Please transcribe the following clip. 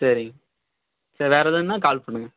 சரிங்க சரி வேறு எதுனா கால் பண்ணுங்கள்